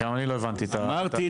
אמרתי,